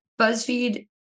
BuzzFeed